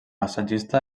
assagista